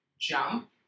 jump